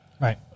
Right